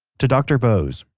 to dr. bose,